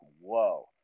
whoa